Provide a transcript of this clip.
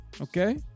Okay